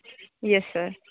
yes sir